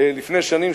לפני שנים,